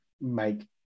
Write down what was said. make